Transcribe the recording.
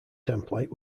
template